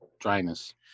dryness